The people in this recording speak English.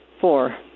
four